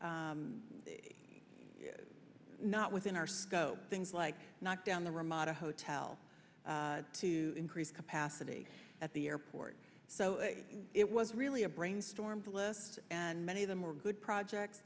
not within our scope things like knock down the ramada hotel to increase capacity at the airport so it was really a brainstorm phyllis and many of them were good project